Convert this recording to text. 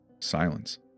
Silence